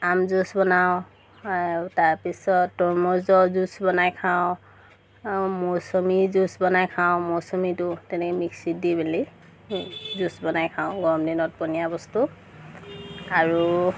আম জুচ বনাওঁ আৰু তাৰপিছত তৰমুজৰ জুচ বনাই খাওঁ আৰু মৌচমী জুচ বনাই খাওঁ মৌচমীটো তেনেকৈ মিক্সিত দি মেলি জুচ বনাই খাওঁ গৰমদিনত পনীয়া বস্তু আৰু